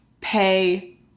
Pay